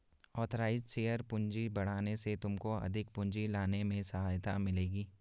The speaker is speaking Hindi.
ऑथराइज़्ड शेयर पूंजी बढ़ाने से तुमको अधिक पूंजी लाने में सहायता मिलेगी